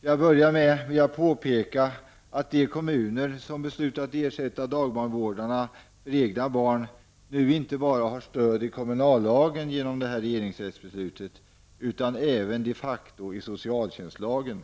Till att börja med vill jag påpeka att de kommuner som beslutat ersätta dagbarnvårdarna för egna barn nu inte bara har stöd i kommunallagen genom regeringsrättsbeslutet utan även de facto i socialtjänstlagen.